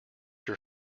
your